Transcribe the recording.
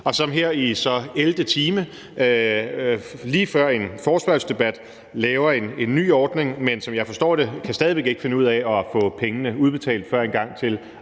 og som så her i elvte time, lige før en forespørgselsdebat, laver en ny ordning, men som – som jeg forstår det – stadig væk ikke kan finde ud af sørge for, at pengene udbetalt før en gang til